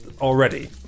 already